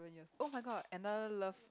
oh-my-god another love